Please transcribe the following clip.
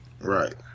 Right